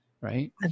right